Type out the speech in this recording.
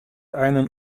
einen